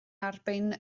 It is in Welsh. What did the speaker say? erbyn